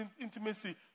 intimacy